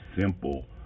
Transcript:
simple